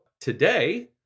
today